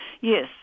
yes